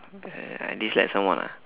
I dislike someone ah